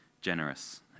generous